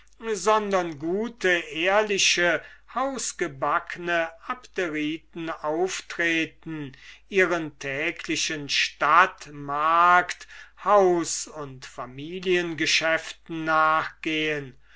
sondern gute ehrliche hausgebackne abderiten auftreten ihren täglichen stadt markt haus und familiengeschäften nachgehen